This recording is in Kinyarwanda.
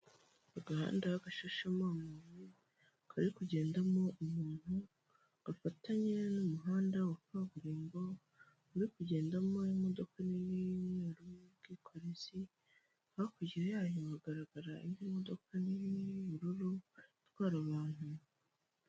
Ahanda y'agashishemo amabuye, kari kugendamo umuntu, gafatanye n'umuhanda wa kaburimbo, uri kugendamo imodoka nini y'umweru, y'ubwikorezi, hakurya yayo hagaragara indi modoka nini y'ubururu, itwara abantu.